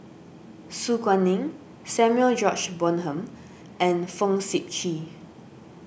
Su Guaning Samuel George Bonham and Fong Sip Chee